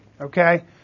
Okay